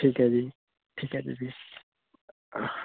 ਠੀਕ ਐ ਜੀ ਠੀਕ ਐ ਦੀਦੀ